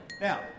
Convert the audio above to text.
Now